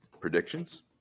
Predictions